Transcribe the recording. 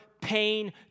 pain